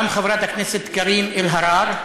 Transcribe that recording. גם חברת הכנסת קארין אלהרר,